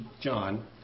John